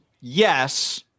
yes